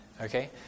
okay